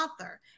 author